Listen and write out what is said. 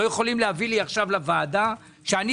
לא יכולים להביא לי עכשיו לוועדה שאני